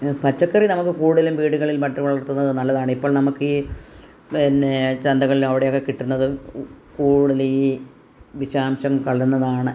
പച്ചക്കറി നമുക്ക് കൂടുതലും വീടുകളിൽ നട്ടുവളർത്തുന്നത് നല്ലതാണ് ഇപ്പോൾ നമുക്കീ പിന്നെ ചന്തകളിൽ അവിടെയൊക്കെ കിട്ടുന്നതും കൂടുതലും ഈ വിഷാംശം കലർന്നതാണ്